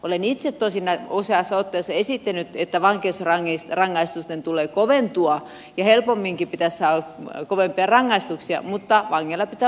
olen itse tosin useaan otteeseen esittänyt että vankeusrangaistusten tulee koventua ja helpomminkin pitäisi saada kovempia rangaistuksia mutta vangeilla pitää olla oikeudet